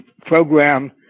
program